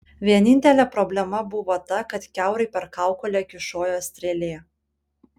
vienintelė problema buvo ta kad kiaurai per kaukolę kyšojo strėlė